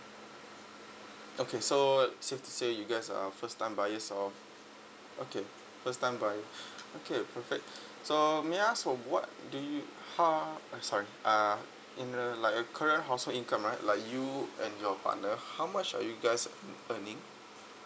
okay so safe to say you guys are first time buyers of okay first time buyer okay perfect so may I ask from what do you ha~ uh sorry uh in a like your current household income right like you and your partner how much are you guys earning